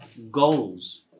Goals